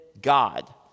God